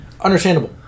Understandable